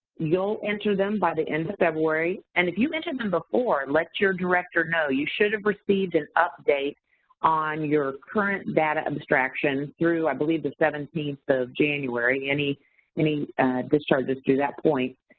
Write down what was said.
you'll enter them by the end of february, and if you enter them before, let your director know. you should've received an update on your current data abstraction through i believe the seventeenth of january, any any discharges through that point,